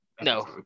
No